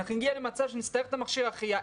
אנחנו נגיע למצב שנצטרך את מכשיר ההחייאה,